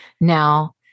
Now